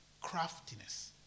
Craftiness